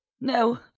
No